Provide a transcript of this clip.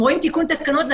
הם רואים תיקון תקנות,